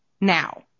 now